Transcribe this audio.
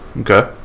Okay